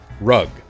rug